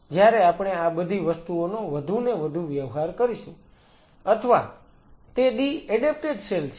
જ્યારે આપણે આ બધી વસ્તુઓનો વધુને વધુ વ્યવહાર કરીશું અથવા તે ડી એડેપ્ટેડ છે